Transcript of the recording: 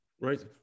Right